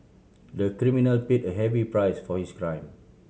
the criminal paid a heavy price for his crime